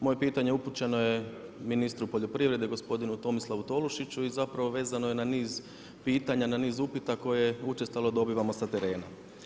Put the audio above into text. Moje pitanje upućeno je ministru poljoprivrede gospodinu Tomislavu Tolušiću i vezano je na niz pitanja, na niz upita koje učestalo dobivamo sa terena.